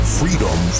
freedom